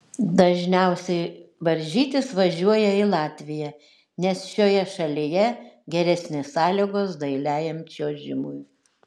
dažniausiai varžytis važiuoja į latviją nes šioje šalyje geresnės sąlygos dailiajam čiuožimui